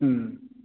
ꯎꯝ